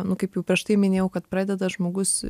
nu kaip jau prieš tai minėjau kad pradeda žmogus